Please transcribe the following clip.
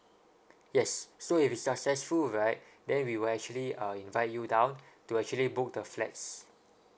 yes so if you successful right then we will actually uh invite you down to actually book the flats